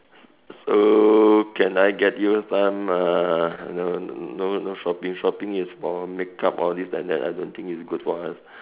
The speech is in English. so can I get you some uh no no no shopping shopping is for makeup all this and that I don't think is good for us